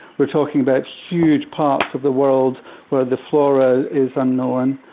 we are talking about huge parts of the world where the flora is unknown.